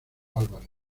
álvarez